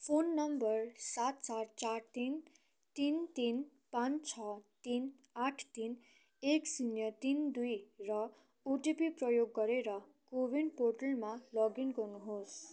phone number सात सात चार तिन तिन तिन पाँच छ तिन आठ तिन एक शून्य तिन दुई र ओटिपी प्रयोग गरेर को विन पोर्टलमा लगइन गर्नुहोस्